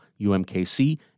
UMKC